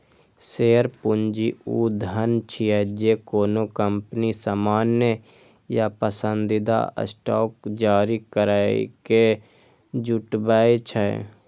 share पूंजी ऊ धन छियै, जे कोनो कंपनी सामान्य या पसंदीदा स्टॉक जारी करैके जुटबै छै